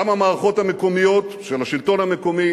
גם המערכות המקומיות של השלטון המקומי